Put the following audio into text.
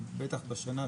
ובטח בשנה,